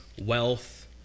wealth